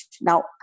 Now